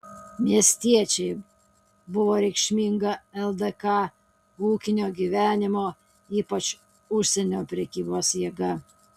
miestiečiai buvo reikšminga ldk ūkinio gyvenimo ypač užsienio prekybos jėga